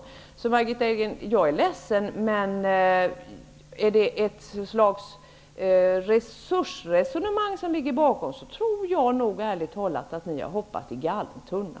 Margitta Edgren, jag är ledsen, men om det är ett slags resursresonemang som ligger bakom, har ni nog ärligt talat hoppat i galen tunna.